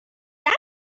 that